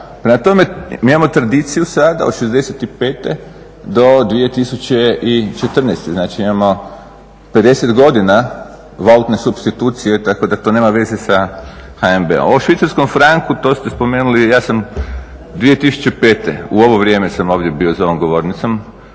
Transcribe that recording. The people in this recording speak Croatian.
Prema tome, mi imamo tradiciju sad od 65. do 2014., znači imamo 50 godina valutne supstitucije tako da to nema veze sa HNB-om. O švicarskom franku, to ste spomenuli, ja sam 2005. u ovo vrijeme sam bio ovdje za ovom govornicom,